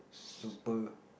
super